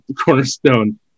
cornerstone